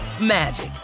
magic